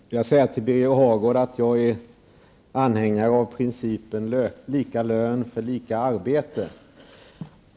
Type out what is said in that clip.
Fru talman! Jag vill säga till Birger Hagård att jag är anhängare av principen lika lön för lika arbete.